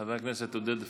חבר הכנסת עודד פורר,